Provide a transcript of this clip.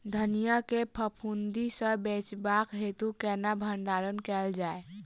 धनिया केँ फफूंदी सऽ बचेबाक हेतु केना भण्डारण कैल जाए?